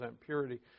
purity